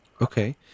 Okay